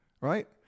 Right